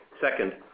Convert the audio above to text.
Second